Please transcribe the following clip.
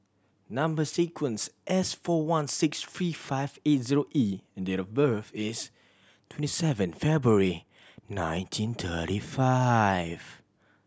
number sequence S four one six three five eight zero E and date of birth is twenty seven February nineteen thirty five